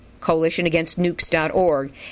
CoalitionAgainstNukes.org